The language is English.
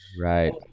Right